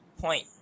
point